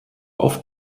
auf